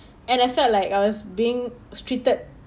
and I felt like I was being treated